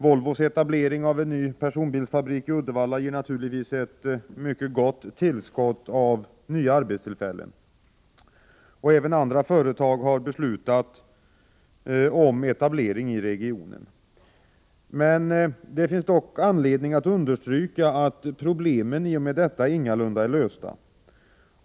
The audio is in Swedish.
Volvos etablering av en ny personbilsfabrik i Uddevalla ger naturligtvis ett mycket gott tillskott av arbetstillfällen. Även andra företag har beslutat om etablering i regionen. Det finns dock anledning att understryka att problemen i och med detta ingalunda är lösta.